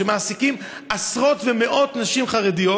שמעסיקים עשרות ומאות נשים חרדיות.